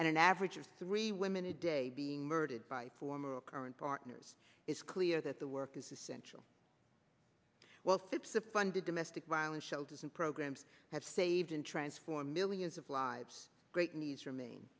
and an average of three women a day being murdered by former or current partners is clear that the work is essential well phipps of funded domestic violence shelters and programs have saved and transform millions of lives great needs remain